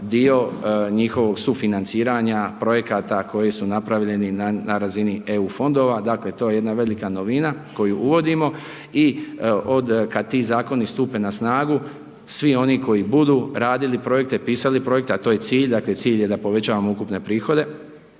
dio njihovog sufinanciranja projekata koji su napravljeni na razini EU fondova. Dakle to je jedna velika novina koju uvodimo. I od, kad ti zakoni stupe na snagu, svi oni koji su budu radili projekte, pisali projekte a to je cilj, dakle cilj je da povećavamo ukupne prihode